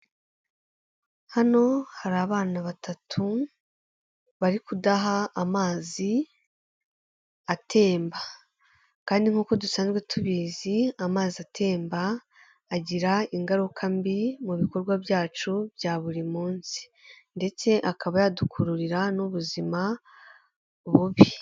Hano hari abana batatu bari kudaha amazi atemba kandi nkuko dusanzwe tubizi amazi atemba agira ingaruka mbi mu bikorwa byacu bya buri munsi ndetse akaba yadukururira n'ubuzima bubi.